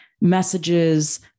messages